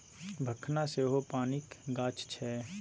भखना सेहो पानिक गाछ छै